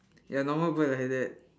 ya normal bird like that